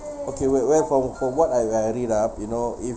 okay where where from from what I read it ah you know if